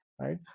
Right